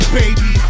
baby